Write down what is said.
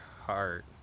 heart